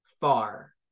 far